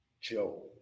joe